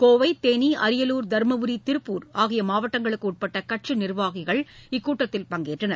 கோவை தேனி அரியலூர் தர்மபுரி திருப்பூர் ஆகிய மாவட்டங்களுக்கு உட்பட்ட கட்சி நிர்வாகிகள் இக்கூட்டத்தில் பங்கேற்றனர்